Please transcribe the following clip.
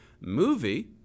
movie